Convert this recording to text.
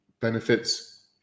benefits